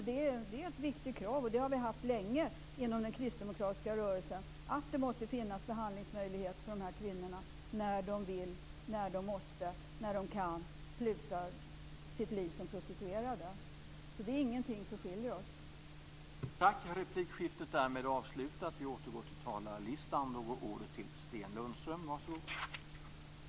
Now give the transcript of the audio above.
Det är ett viktigt krav, som vi har haft länge inom den kristdemokratiska rörelsen, att det måste finnas behandlingshem för kvinnorna när de vill, måste eller kan sluta sitt liv som prostituerade, så det är ingenting som skiljer oss åt.